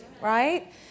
right